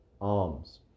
Alms